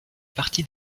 parti